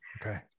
okay